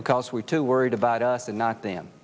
because we too worried about us and not them